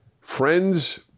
Friends